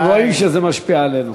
רואים שזה משפיע עלינו.